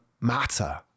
matter